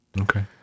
Okay